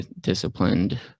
disciplined